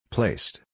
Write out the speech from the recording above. Placed